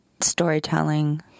storytelling